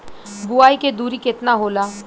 बुआई के दूरी केतना होला?